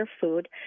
food